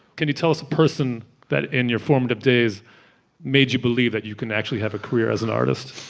can you tell us a person that in your formative up days made you believe that you can actually have a career as an artist?